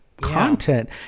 content